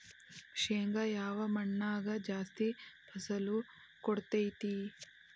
ಶೇಂಗಾ ಯಾವ ಮಣ್ಣಾಗ ಜಾಸ್ತಿ ಫಸಲು ಕೊಡುತೈತಿ?